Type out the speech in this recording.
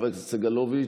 חבר הכנסת סגלוביץ,